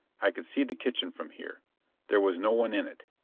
i could see the kitchen from here there was no one in it.